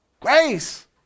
Grace